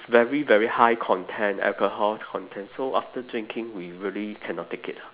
it's very very high content alcohol content so after drinking we really cannot take it ah